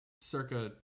circa